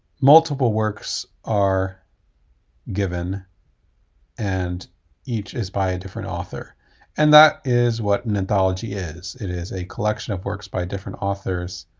multiple works are given and each is by a different author and that is what an anthology is. it is a collection of works by different authors